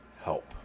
help